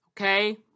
Okay